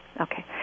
okay